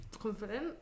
confident